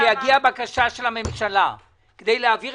כשתגיע בקשה של הממשלה להעביר